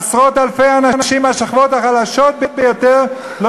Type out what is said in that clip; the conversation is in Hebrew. עשרות-אלפי אנשים מהשכבות החלשות ביותר לא